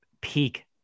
peak